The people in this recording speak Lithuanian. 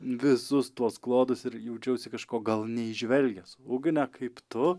visus tuos klodus ir jaučiausi kažko gal neįžvelgęs ugne kaip tu